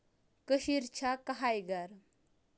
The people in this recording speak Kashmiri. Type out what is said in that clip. کشیٖرِ چھا کَہے گرٕ